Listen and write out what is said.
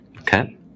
Okay